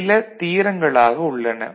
சில தியரங்களாக உள்ளன